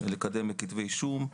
לקדם לכתבי אישום.